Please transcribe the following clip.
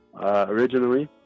Originally